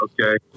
Okay